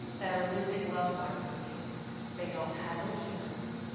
that are losing loved ones because they don't have insurance.